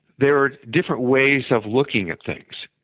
there are different ways of looking at things.